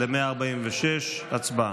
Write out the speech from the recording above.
הצבעה.